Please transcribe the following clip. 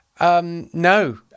no